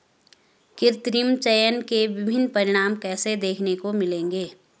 कृत्रिम चयन के विभिन्न परिणाम कैसे देखने को मिलेंगे?